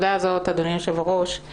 אדוני היושב ראש, בנקודה הזאת.